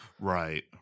right